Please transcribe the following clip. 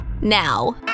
now